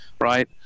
right